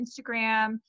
Instagram